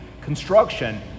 construction